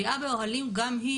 כליאה באוהלים גם היא,